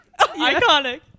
Iconic